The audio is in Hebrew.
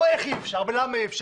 תגידו איך אפשר ולא איך אי אפשר.